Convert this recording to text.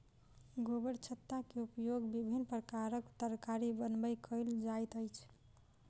गोबरछत्ता के उपयोग विभिन्न प्रकारक तरकारी बनबय कयल जाइत अछि